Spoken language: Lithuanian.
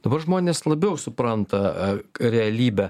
dabar žmonės labiau supranta realybę